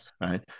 right